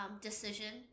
decision